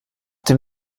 dem